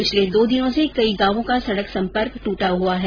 पिछले दो दिनों से कई गांवों का सड़क संपर्क ट्टा हुआ है